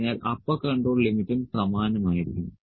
അതിനാൽ upper control ലിമിറ്റും സമാനമായിരിക്കും